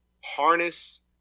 harness